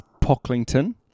Pocklington